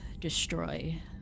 destroy